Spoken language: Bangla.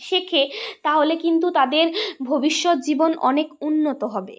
শেখে তাহলে কিন্তু তাদের ভবিষ্যৎ জীবন অনেক উন্নত হবে